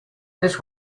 this